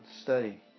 study